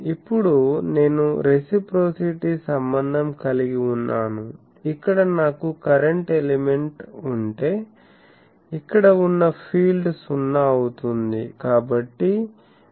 ఇప్పుడు నేను రేసీప్రోసిటీ సంబంధం కలిగి ఉన్నాను ఇక్కడ నాకు కరెంట్ ఎలిమెంట్ ఉంటే ఇక్కడ ఉన్న ఫీల్డ్ 0 అవుతుంది